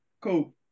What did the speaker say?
Cool